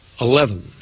eleven